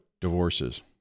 divorces